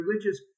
religious